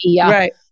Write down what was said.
right